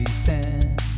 stand